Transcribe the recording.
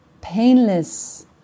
painless